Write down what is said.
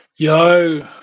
Yo